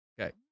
Okay